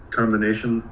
combination